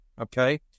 Okay